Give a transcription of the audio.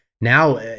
Now